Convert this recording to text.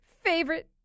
favorite